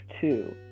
two